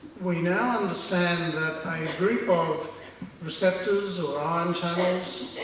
we now understand that a group of receptors, or ion channels,